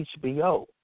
HBO